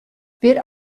wer